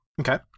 Okay